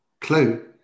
Clue